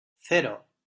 cero